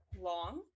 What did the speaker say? long